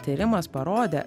tyrimas parodė